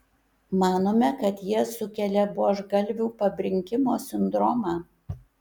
manome kad jie sukelia buožgalvių pabrinkimo sindromą